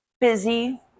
busy